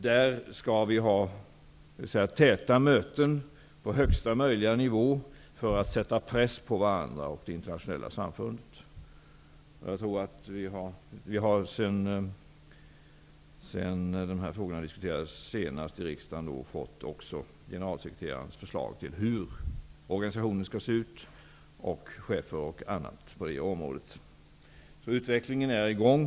Där skall vi ha täta möten på högsta möjliga nivå för att sätta press på varandra och det internationella samfundet. Sedan dessa frågor diskuterades senast i riksdagen har vi fått generalsekreterarens förslag till hur organisationen skall se ut och vilka chefer som skall tillsättas på det området. Utvecklingen är i gång.